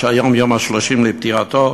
שהיום יום ה-30 לפטירתו,